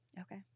Okay